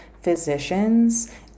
physicians